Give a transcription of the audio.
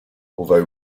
although